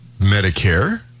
Medicare